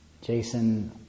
Jason